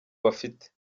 bafite